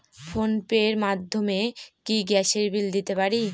Phone pay র মাধ্যমে কি গ্যাসের বিল দিতে পারি?